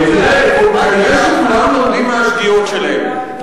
כולם לומדים מהשגיאות שלהם.